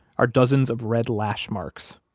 are dozens of red lash marks,